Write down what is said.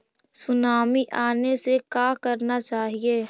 Tsunami आने से का करना चाहिए?